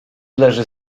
leży